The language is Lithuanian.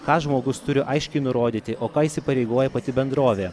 ką žmogus turi aiškiai nurodyti o ką įsipareigoja pati bendrovė